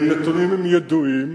אלה נתונים ידועים.